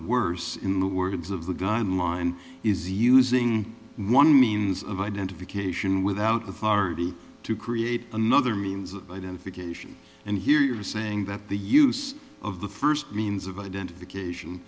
worse in the words of the guy online is using one means of identification without authority to create another means of identification and here you're saying that the use of the first means of identification